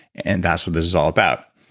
and that's what this is all about.